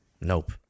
Nope